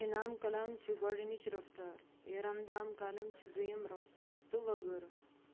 انعام کلام چھُ گۄڈٕنٕچ رفتار، ایراندام کالم چھِ دۄیِم رفتار تہٕ وغٲرٕ